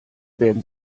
werden